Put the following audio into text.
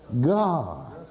God